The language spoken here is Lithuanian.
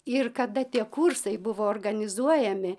ir kada tie kursai buvo organizuojami